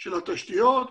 של התשתיות,